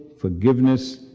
forgiveness